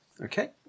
Okay